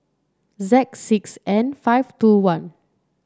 Z six N five two one